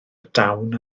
dawn